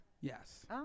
Yes